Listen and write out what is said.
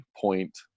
point